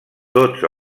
tots